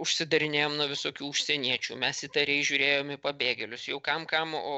užsidarinėjom nuo visokių užsieniečių mes įtariai žiūrėjom į pabėgėlius jau kam kam o